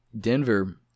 Denver